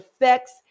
effects